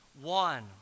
one